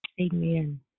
Amen